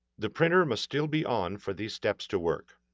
the printer must still be on for these steps to work.